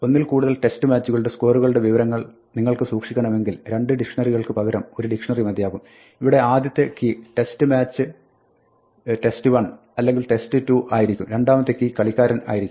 ഒന്നിൽ കൂടുതൽ ടെസ്റ്റ് മാച്ചുകളുടെ സ്കോറുകളുടെ വിവരങ്ങൾ നിങ്ങൾക്ക് സൂക്ഷിക്കണമെങ്കിൽ രണ്ട് ഡിക്ഷ്ണറികൾക്ക് പകരം ഒരു ഡിക്ഷ്ണറി മതിയാവും ഇവിടെ ആദ്യത്തെ കീ test match test1 അല്ലെങ്കിൽ test2 ആയിരിക്കും രണ്ടാമത്തെ കീ കളിക്കാരൻ ആയിരിക്കും